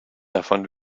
davon